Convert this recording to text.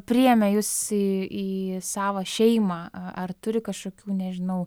priėmė jus į į savo šeimą ar turi kažkokių nežinau